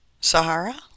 Sahara